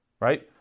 Right